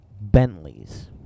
Bentleys